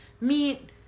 meat